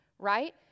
right